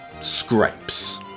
scrapes